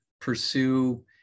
pursue